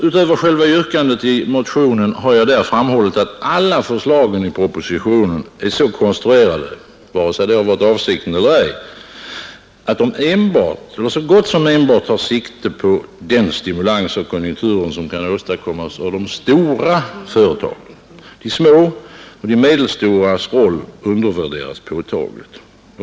Utöver själva yrkandet i motionen har jag med skärpa framhållit att alla förslagen i propositionen är så konstruerade — vare sig det varit avsikten eller ej — att de enbart eller så gott som enbart tar sikte på den stimulans av konjunkturen som kan åstadkommas av de stora företagen. De små och medelstora företagens roll undervärderas påtagligt.